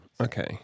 Okay